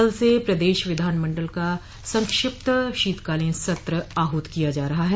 कल से प्रदेश विधानमंडल का संक्षिप्त शीतकालीन सत्र आहूत किया जा रहा है